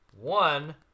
one